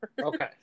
Okay